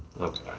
Okay